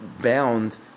bound